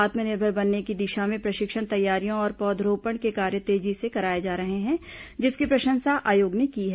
आत्मनिर्भर बनाने की दिशा में प्रशिक्षण तैयारियों और पौधरोपण के कार्य तेजी से किए जा रहे हैं जिसकी प्रशंसा आयोग ने की है